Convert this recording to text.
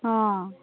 ହଁ